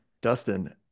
Dustin